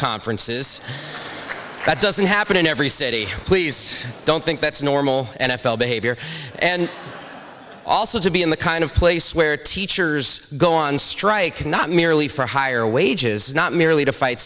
conferences that doesn't happen in every city please don't think that's normal n f l behavior and also to be in the kind of place where teachers go on strike not merely for higher wages not merely to